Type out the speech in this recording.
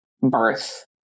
birth